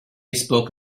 spoke